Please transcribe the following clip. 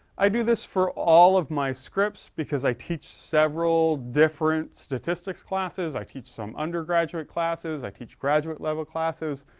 i do this for all of my scripts, because i teach several different statistics classes. i teach some undergraduate classes. i teach graduate level classes.